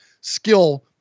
skill